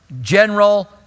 General